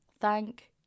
Thank